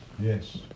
Yes